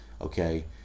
okay